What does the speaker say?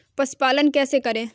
पशुपालन कैसे करें?